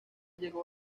llegó